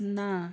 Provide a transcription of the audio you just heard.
ନା